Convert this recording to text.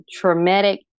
traumatic